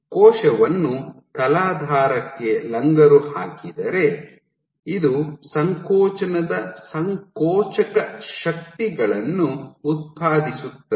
ಕೋಶವನ್ನು ತಲಾಧಾರಕ್ಕೆ ಲಂಗರು ಹಾಕಿದರೆ ಇದು ಸಂಕೋಚನದ ಸಂಕೋಚಕ ಶಕ್ತಿಗಳನ್ನು ಉತ್ಪಾದಿಸುತ್ತದೆ